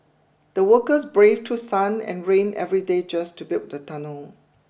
the workers braved through sun and rain every day just to build the tunnel